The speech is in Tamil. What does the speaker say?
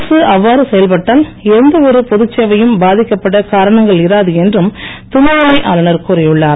அரசு அவ்வாறு செயல்பட்டால் எந்த ஒரு பொது சேவையும் பாதிக்கப்பட காரணங்கள் இராது என்றும் துணைநிலை ஆளுநர் கூறியுள்ளார்